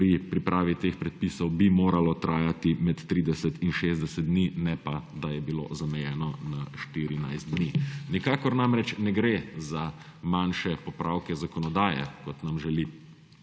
pri pripravi teh predpisov bi moralo trajati med 30 in 60 dni, ne pa da je bilo zamejeno na 14 dni. Nikakor namreč ne gre za manjše popravke zakonodaje, kot nam želi